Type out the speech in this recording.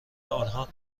آنها